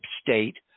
state